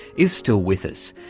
is still with us.